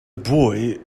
boy